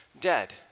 dead